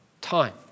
time